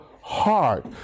heart